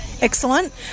Excellent